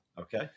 okay